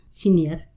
senior